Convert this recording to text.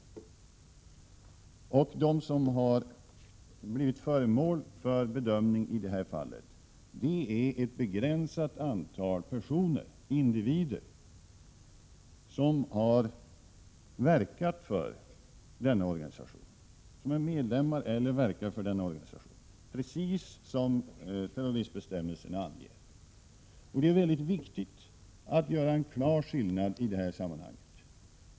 De som har blivit ä terroristlagen föremål för bedömning i det här fallet är ett begränsat antal personer, individer som är medlemmar i eller verkat för denna organisation — precis som terroristbestämmelserna anger. Det är väldigt viktigt att göra en klar skillnad i det här sammanhanget.